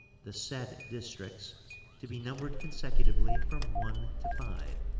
the said districts to be numbered consecutively from one to five,